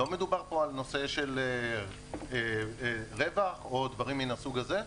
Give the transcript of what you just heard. לא מדובר על נושא של רווח או דברים מן הסוג הזה,